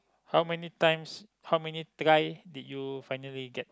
how many times how many try did you finally get